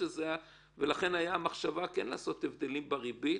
ולכן הייתה מחשבה כן לעשות הבדלים בריבית.